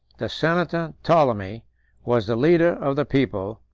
the senator ptolemy was the leader of the people,